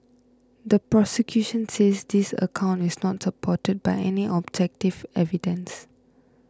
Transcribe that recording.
the prosecution says this account is not supported by any objective evidence